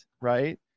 right